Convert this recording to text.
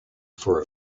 for